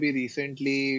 recently